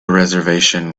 reservation